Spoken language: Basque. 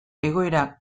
egoera